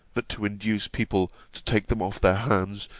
that, to induce people to take them off their hands,